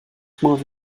modd